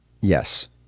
yes